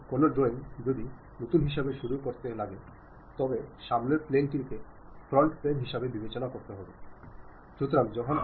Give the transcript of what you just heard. പ്രിയ സുഹൃത്തുക്കളേ ആശയവിനിമയ കഴിവുകളെക്കുറിച്ച് സംസാരിക്കുമ്പോൾ സെൻറർ അയച്ച സന്ദേശം റിസീവർ ക്ക് ശരിയായി ലഭിച്ചോ ഇല്ലയോ എന്നത് മാത്രമാണ് നമ്മൾ നോക്കേണ്ടത്